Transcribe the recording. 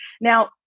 Now